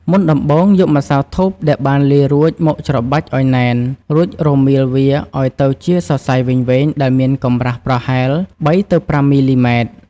មុនដំបូងរយកម្សៅធូបដែលបានលាយរួចមកច្របាច់ឱ្យណែនរួចរមៀលវាឱ្យទៅជាសរសៃវែងៗដែលមានកម្រាស់ប្រហែល ៣ ទៅ ៥ មីលីម៉ែត្រ។